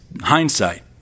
hindsight